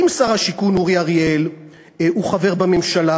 אם שר השיכון אורי אריאל הוא חבר בממשלה